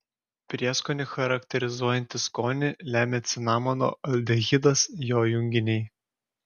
prieskonį charakterizuojantį skonį lemia cinamono aldehidas jo junginiai